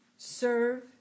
serve